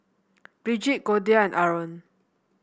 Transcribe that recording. Brigitte Goldia and Arron